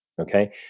okay